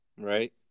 Right